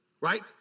right